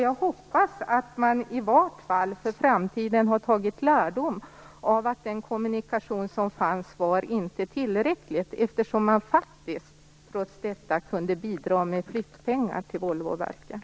Jag hoppas att man i varje fall för framtiden har tagit lärdom av att den kommunikation som fanns inte var tillräcklig, eftersom man faktiskt trots detta kunde bidra med flyttpengar till Volvoverken.